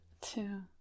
Two